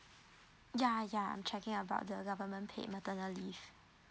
yeah yeah I'm checking about the government paid maternal leave